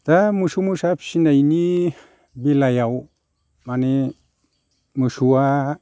दा मोसौ मोसा फिसिनायनि बेलायाव माने मोसौआ